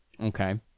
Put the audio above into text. Okay